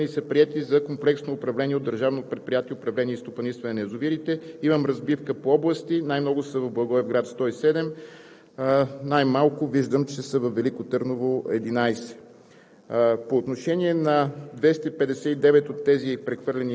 377 от тези язовири са с приключила процедура по прехвърляне и са приети за комплексно управление от Държавното предприятие „Управление и стопанисване на язовирите“. Имам разбивка по области: най-много са в Благоевград – 107, най-малко виждам, че са във Велико Търново – 11.